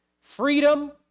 freedom